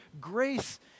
grace